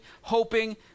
hoping